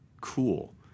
cool